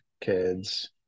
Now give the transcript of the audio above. kids